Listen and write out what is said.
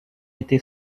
été